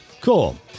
cool